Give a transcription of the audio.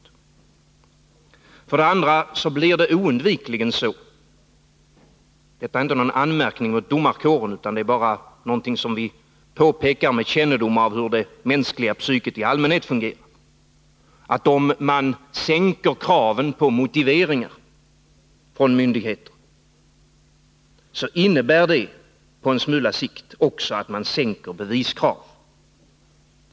För det andra blir det oundvikligen så — detta är inte någon anmärkning mot domarkåren utan bara ett påpekande vi gör med kännedom om hur det mänskliga psyket fungerar i allmänhet — att om man sänker kravet på motivering från en myndighet innebär det på en smula sikt att man också sänker beviskraven.